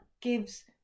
gives